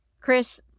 Chris